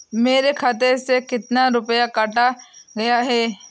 मेरे खाते से कितना रुपया काटा गया है?